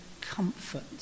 comfort